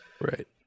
Right